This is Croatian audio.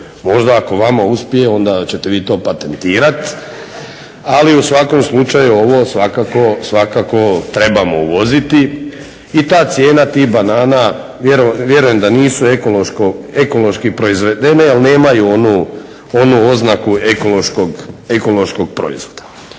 Možda ako vama uspije onda ćete vi to patentirati. Ali u svakom slučaju ovo svakako trebamo uvoziti i ta cijena tih banana vjerujem da nisu ekološki proizvedene jer nemaju onu oznaku ekološkog proizvoda.